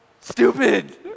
stupid